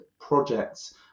projects